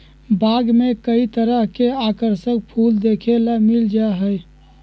बाग में कई तरह के आकर्षक फूल देखे ला मिल जा हई